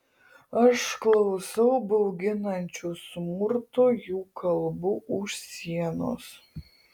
aš klausau bauginančių smurtu jų kalbų už sienos